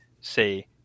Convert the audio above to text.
say